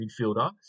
midfielder